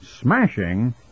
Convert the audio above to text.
smashing